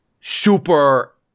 super